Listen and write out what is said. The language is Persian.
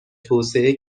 توسعه